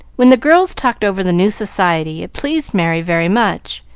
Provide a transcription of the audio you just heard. when the girls talked over the new society, it pleased merry very much,